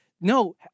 no